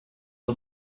the